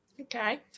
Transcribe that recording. okay